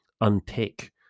unpick